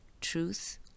truth